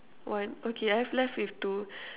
one okay I have left with two